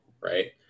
right